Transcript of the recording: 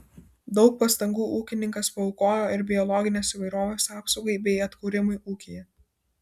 daug pastangų ūkininkas paaukojo ir biologinės įvairovės apsaugai bei atkūrimui ūkyje